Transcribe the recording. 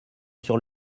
sur